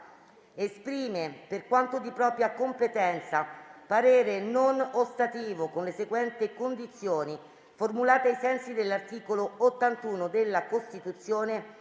esprime, per quanto di propria competenza, parere non ostativo con le seguenti condizioni, formulate ai sensi dell'articolo 81 della Costituzione: